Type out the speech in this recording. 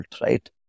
right